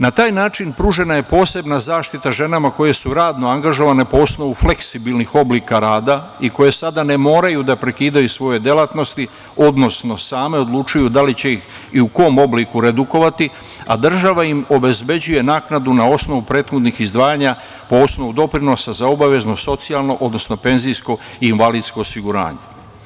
Na taj način pružena je posebna zaštita ženama koje su radno angažovane po osnovu fleksibilnih oblika rada i koje sada ne moraju da prekidaju svoje delatnosti, odnosno same odlučuju da li će ih i u kom obliku redukovati, a država im obezbeđuje naknadu na osnovu prethodnih izdvajanja po osnovu doprinosa za obavezno socijalno, odnosno penzijsko i invalidsko osiguranje.